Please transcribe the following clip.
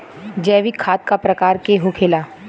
जैविक खाद का प्रकार के होखे ला?